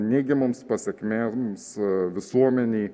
neigiamoms pasekmėms visuomenėj